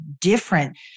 different